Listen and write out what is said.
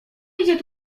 idzie